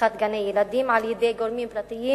לפתיחת גני-ילדים על-ידי גורמים פרטיים